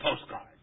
postcards